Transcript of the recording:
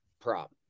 prop